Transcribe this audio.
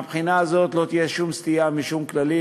מהבחינה הזאת לא תהיה שום סטייה משום כללים.